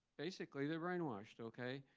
basically they're brainwashed. ok?